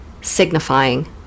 signifying